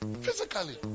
Physically